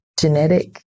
genetic